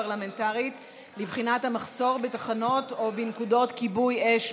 ביישום המלצות הרשות לבטיחות בדרכים לכיסאות ומושבי בטיחות.